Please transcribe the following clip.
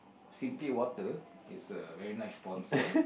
simply water is a very nice sponser